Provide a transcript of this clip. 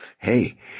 Hey